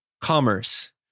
commerce